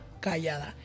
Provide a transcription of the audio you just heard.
callada